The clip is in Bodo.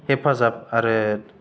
हेफाजाब आरो